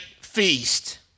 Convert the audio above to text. feast